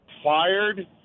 fired